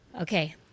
Okay